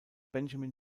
benjamin